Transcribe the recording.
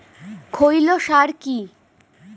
খৈল সার কি?